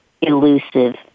elusive